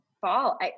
fall